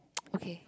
okay